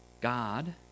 God